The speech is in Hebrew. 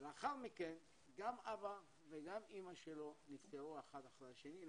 ולאחר מכן גם אבא וגם אמא שלו נפטרו אחד אחרי השני,